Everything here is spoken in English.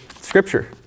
scripture